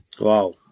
Wow